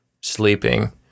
sleeping